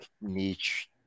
niche